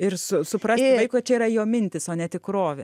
ir su suprasti vaiko čia yra jo mintys o ne tikrovė